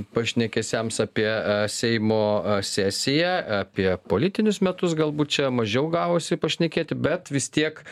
pašnekesiams apie a seimo a sesiją apie politinius metus galbūt čia mažiau gavosi pašnekėti bet vis tiek